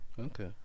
Okay